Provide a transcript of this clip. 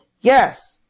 Yes